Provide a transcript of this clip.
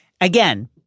again